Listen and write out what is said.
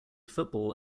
football